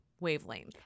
wavelength